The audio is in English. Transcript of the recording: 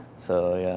so yeah,